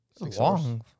long